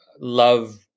love